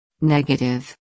Negative